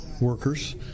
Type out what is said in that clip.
workers